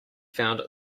found